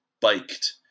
biked